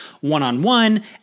one-on-one